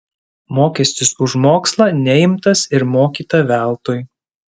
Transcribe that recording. mokestis už mokslą neimtas ir mokyta veltui